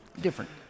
different